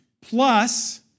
plus